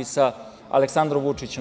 i sa Aleksandrom Vučićem.